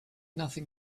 nothing